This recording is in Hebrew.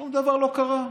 שום דבר לא יקרה.